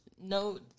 No